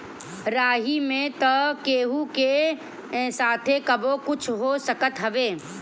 राही में तअ केहू के साथे कबो कुछु हो सकत हवे